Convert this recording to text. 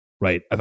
right